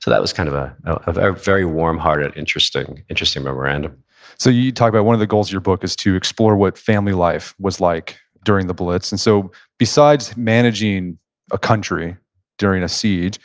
so that was kind of ah of a very warmhearted, interesting interesting memorandum so you talk about one of the goals of your book is to explore what family life was like during the blitz. and so besides managing a country during a siege,